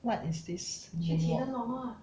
what is this moon walk